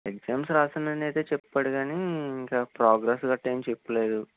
exams రాశాను అని అయితే చెప్పాడు కానీ ఇంకా ప్రోగ్రెస్ గట్ల చెప్పలేదు